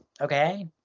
okay